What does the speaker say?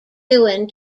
dewan